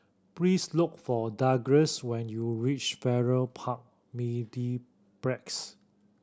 please look for Douglas when you reach Farrer Park Mediplex